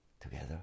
together